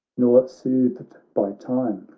nor soothed by time,